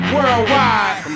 Worldwide